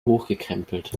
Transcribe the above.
hochgekrempelt